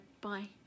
bye